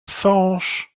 sanche